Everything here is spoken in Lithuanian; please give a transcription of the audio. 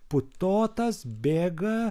putotas bėga